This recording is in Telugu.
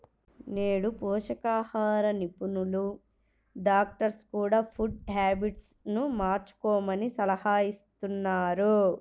నేడు పోషకాహార నిపుణులు, డాక్టర్స్ కూడ ఫుడ్ హ్యాబిట్స్ ను మార్చుకోమని సలహాలిస్తున్నారు